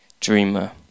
dreamer